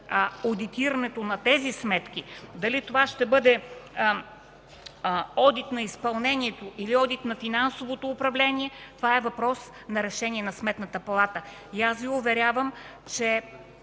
одитирането на тези сметки – дали това ще бъде одит на изпълнението, или одит на финансовото управление, това е въпрос на решение на Сметната палата. Аз Ви уверявам, че